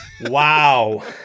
Wow